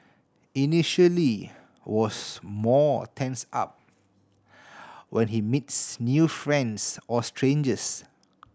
initially was more tense up when he meets new friends or strangers